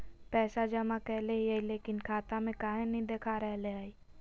पैसा जमा कैले हिअई, लेकिन खाता में काहे नई देखा रहले हई?